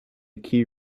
key